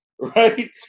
right